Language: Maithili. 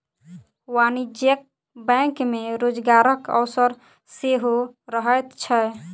वाणिज्यिक बैंक मे रोजगारक अवसर सेहो रहैत छै